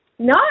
No